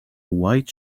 white